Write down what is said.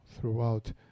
throughout